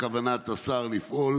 כיצד בכוונת השר לפעול